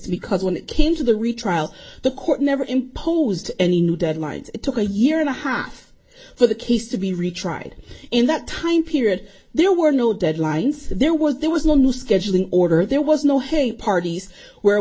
because when it came to the retrial the court never imposed any new deadlines it took a year and a half for the case to be retried in that time period there were no deadlines there was there was no new scheduling order there was no hey parties where